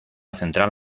central